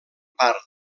part